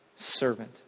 Servant